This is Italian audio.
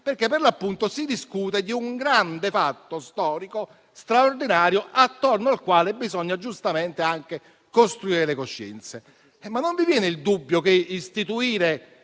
perché si discute di un grande fatto storico straordinario intorno al quale bisogna giustamente costruire le coscienze. Non vi viene il dubbio che istituire,